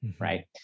Right